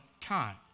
time